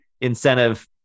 incentive